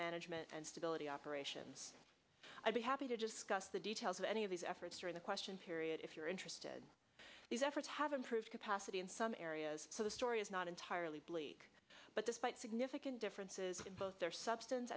management and stability operations i'd be happy to discuss the details of any of these efforts during the question period if you're interested these efforts have improved capacity in some areas so the story is not entirely bleak but this quite significant differences in both their substance